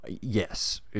Yes